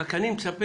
רק אני מצפה,